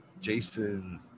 Jason